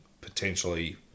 potentially